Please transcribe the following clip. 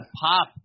pop